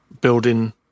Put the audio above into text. building